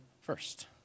first